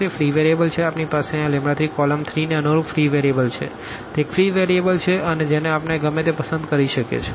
આપની પાસે આ 3 કોલમ 3 ને અનુરૂપ ફ્રી વેરીએબલ છે તે એક ફ્રી વેરીએબલ છે અને જેને આપણે ગમે તે પસંદ કરી શકીએ છીએ